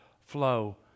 flow